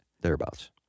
Thereabouts